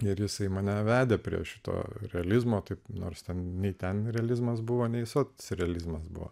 ir jisai mane vedė prie šito realizmo taip nors ten nei ten realizmas buvo nei socrealizmas buvo